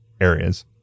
areas